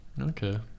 Okay